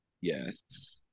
yes